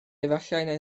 efallai